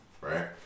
right